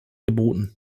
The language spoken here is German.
geboten